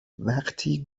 وقتی